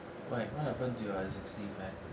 why what happen to your existing fan